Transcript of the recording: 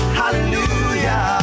hallelujah